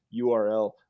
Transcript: URL